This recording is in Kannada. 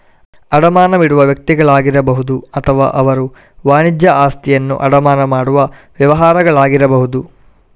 ಅಡಮಾನವಿಡುವ ವ್ಯಕ್ತಿಗಳಾಗಿರಬಹುದು ಅಥವಾ ಅವರು ವಾಣಿಜ್ಯ ಆಸ್ತಿಯನ್ನು ಅಡಮಾನ ಮಾಡುವ ವ್ಯವಹಾರಗಳಾಗಿರಬಹುದು